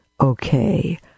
okay